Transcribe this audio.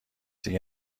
دیگه